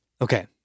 Okay